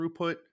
throughput